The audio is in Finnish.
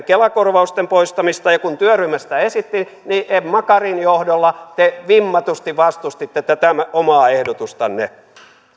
kela korvausten poistamista ja kun työryhmä sitä esitti niin emma karin johdolla te vimmatusti vastustitte tätä omaa ehdotustanne